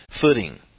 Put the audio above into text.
footing